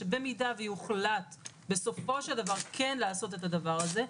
שבמידה ויוחלט בסופו של דבר כן לעשות את הדבר הזה,